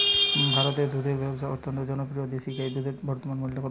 ভারতে দুধের ব্যাবসা অত্যন্ত জনপ্রিয় দেশি গাই দুধের বর্তমান মূল্য কত?